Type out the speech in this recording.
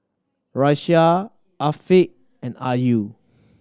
Raisya Afiq and Ayu